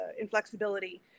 inflexibility